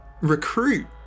recruit